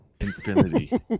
Infinity